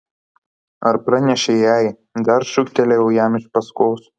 ar pranešei jai dar šūktelėjau jam iš paskos